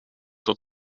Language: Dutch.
tot